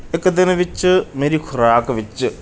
ਇੱਕ ਦਿਨ ਵਿੱਚ ਮੇਰੀ ਖੁਰਾਕ ਵਿੱਚ